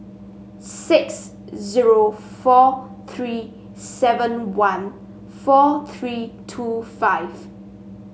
six zero four three seven one four three two five